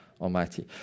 Almighty